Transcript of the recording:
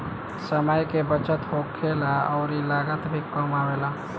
समय के बचत होखेला अउरी लागत भी कम आवेला